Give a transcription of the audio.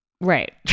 right